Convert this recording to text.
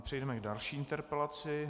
Přejdeme k další interpelaci.